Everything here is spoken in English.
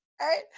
right